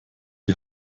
die